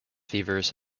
fevers